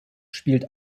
spielt